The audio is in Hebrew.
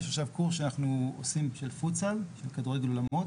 יש עכשיו קורס של פוטסל, כדורגל אולמות,